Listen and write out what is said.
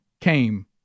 came